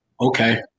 Okay